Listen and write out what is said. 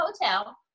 hotel